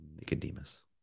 Nicodemus